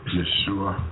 Yeshua